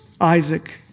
Isaac